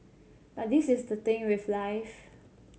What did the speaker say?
but this is the thing with life